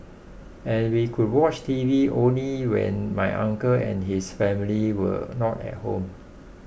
and we could watch TV only when my uncle and his family were not at home